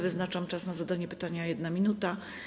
Wyznaczam czas na zadanie pytania - 1 minuta.